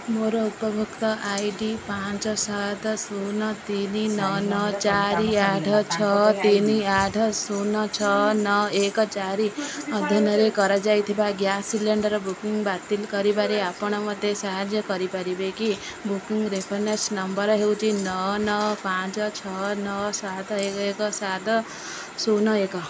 ମୋ ଉପଭୋକ୍ତା I D ପାଞ୍ଚ ସାତ ଶୂନ ତିନି ନଅ ନଅ ଚାରି ଆଠ ଛଅ ତିନି ଆଠ ଶୂନ ଛଅ ଛଅ ନଅ ଏକ ଚାରି ଅଧୀନରେ କରାଯାଇଥିବା ଗ୍ୟାସ୍ ସିଲିଣ୍ଡର ବୁକିଙ୍ଗ ବାତିଲ କରିବାରେ ଆପଣ ମୋତେ ସାହାଯ୍ୟ କରିପାରିବେ କି ବୁକିଙ୍ଗ ରେଫରେନ୍ସ ନମ୍ବର ହେଉଛି ନଅ ନଅ ପାଞ୍ଚ ଛଅ ନଅ ସାତ ଏକ ଏକ ସାତ ଶୂନ ଏକ